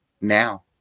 now